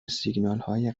سیگنالهای